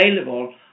available